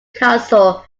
castle